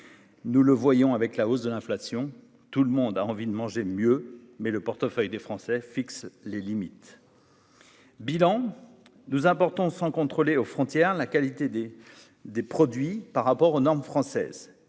nous le voyons avec la hausse de l'inflation, tout le monde a envie de manger mieux, mais le portefeuille des Français fixe les limites. Bilan nous important sans contrôler aux frontières, la qualité des des produits par rapport aux normes françaises,